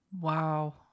Wow